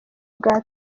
bwa